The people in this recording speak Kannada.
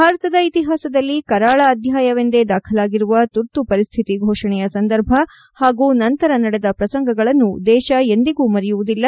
ಭಾರತದ ಇತಿಹಾಸದಲ್ಲಿ ಕರಾಳ ಅಧ್ಯಾಯವೆಂದೇ ದಾಖಲಾಗಿರುವ ತುರ್ತು ಪರಿಸ್ಥಿತಿ ಫೋಷಣೆಯ ಸಂಧರ್ಭ ಹಾಗೂ ನಂತರ ನಡೆದ ಪ್ರಸಂಗಗಳನ್ನು ದೇಶ ಎಂದಿಗೂ ಮರೆಯುವುದಿಲ್ಲ